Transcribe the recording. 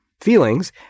feelings